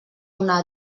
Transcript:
una